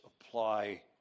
apply